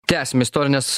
tęsiam istorines